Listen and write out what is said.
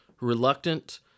reluctant